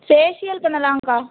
facial பண்ணலாங்க்கா